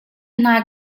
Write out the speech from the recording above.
hna